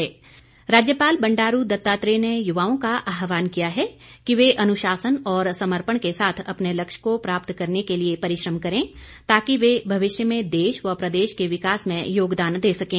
राज्यपाल राज्यपाल बंडारू दत्तात्रेय ने युवाओं का आहवान किया है कि वे अनुशासन और समर्पण के साथ अपने लक्ष्य को प्राप्त करने के लिए परिश्रम करें ताकि वह भविष्य में देश व प्रदेश के विकास में योगदान दे सकें